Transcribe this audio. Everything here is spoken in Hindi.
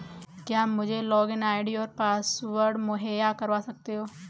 क्या आप मुझे लॉगिन आई.डी और पासवर्ड मुहैय्या करवा सकते हैं?